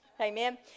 Amen